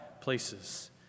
places